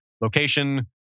location